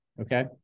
Okay